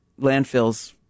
landfills